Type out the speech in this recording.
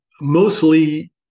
mostly